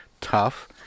Tough